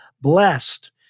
blessed